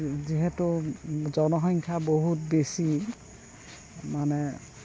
যিহেতু জনসংখ্যা বহুত বেছি মানে